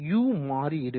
u மாறியிருக்கும்